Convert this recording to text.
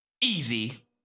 easy